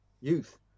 youth